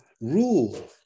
rule